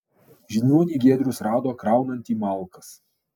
žiniuonį giedrius rado kraunantį malkas